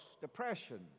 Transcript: depression